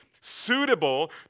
suitable